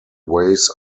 ways